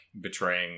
betraying